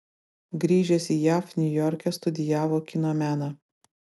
grįžęs į jav niujorke studijavo kino meną